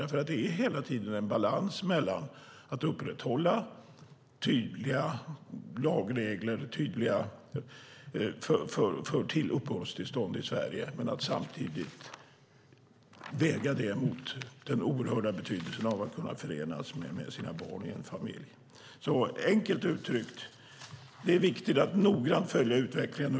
Det är hela tiden en balans mellan att upprätthålla tydliga lagregler för uppehållstillstånd i Sverige och samtidigt väga det mot den oerhörda betydelsen av att kunna förenas med sina barn i en familj. Enkelt uttryckt är det viktig att noga följa utvecklingen.